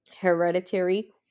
Hereditary